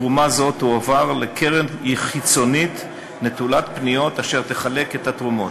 תרומה זו תועבר לקרן חיצונית נטולת פניות אשר תחלק את התרומות.